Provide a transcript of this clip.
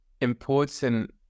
important